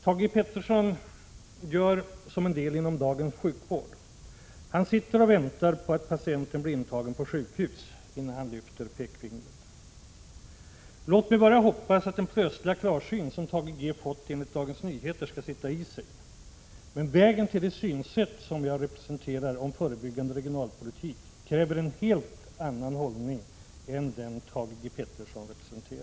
Thage Peterson gör som en del inom dagens sjukvård; han sitter och väntar på att patienten blir intagen på sjukhus innan han lyfter pekfingret. Låt mig bara hoppas att den plötsliga klarsyn som Thage G. Peterson enligt Dagens Nyheter har fått skall hålla i sig. Men vägen till det synsätt, förebyggande regionalpolitik, som jag representerar kräver en helt annan hållning än den Thage Peterson företräder.